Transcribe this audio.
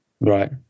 Right